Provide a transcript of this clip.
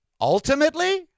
ultimately